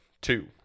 two